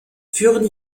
führen